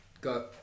go